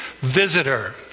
visitor